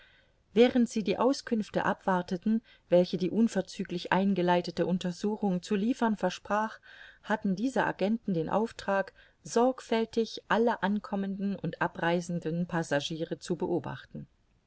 während sie die auskünfte abwarteten welche die unverzüglich eingeleitete untersuchung zu liefern versprach hatten diese agenten den auftrag sorgfältig alle ankommenden und abreisenden passagiere zu beobachten